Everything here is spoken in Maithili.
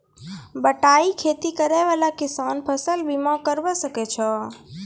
बटाई खेती करै वाला किसान फ़सल बीमा करबै सकै छौ?